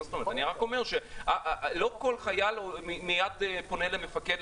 אני רק אומר שלא כל חייל מיד פונה למפקד,